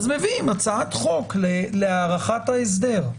מביאים הצעת חוק להארכת ההסדר.